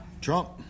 Trump